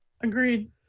Agreed